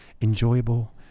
enjoyable